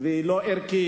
והיא לא ערכית.